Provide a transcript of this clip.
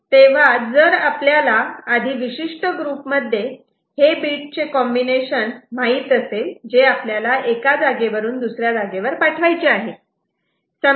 तेव्हा जर आपल्याला आधी विशिष्ट ग्रुपमध्ये हे बीटचे कॉम्बिनेशन माहित असेल जे आपल्याला एका जागेवरून दुसऱ्या जागेवर पाठवायचे आहे